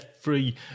free